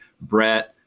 Brett